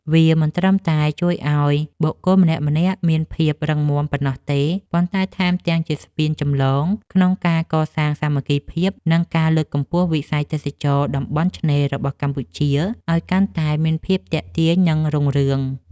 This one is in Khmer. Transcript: វាមិនត្រឹមតែជួយឱ្យបុគ្គលម្នាក់ៗមានភាពរឹងមាំប៉ុណ្ណោះទេ ប៉ុន្តែថែមទាំងជាស្ពានចម្លងក្នុងការកសាងសាមគ្គីភាព និងការលើកកម្ពស់វិស័យទេសចរណ៍តំបន់ឆ្នេររបស់កម្ពុជាឱ្យកាន់តែមានភាពទាក់ទាញ និងរុងរឿង។